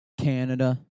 Canada